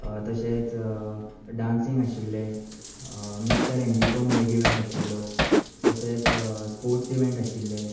तशेंच डांसींग आशिल्लें मिस्टर एनजिको म्हणून एक इवँट आशिल्लो तशेंच स्पोट्स इवँट आशिल्ले